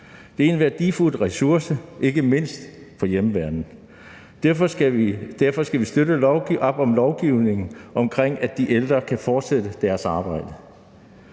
Det er en værdifuld ressource, ikke mindst for hjemmeværnet. Derfor skal vi støtte op om lovgivning, der muliggør, at de ældre kan fortsætte deres arbejde.